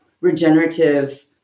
regenerative